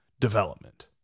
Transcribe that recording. development